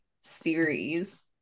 series